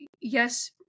yes